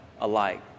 alike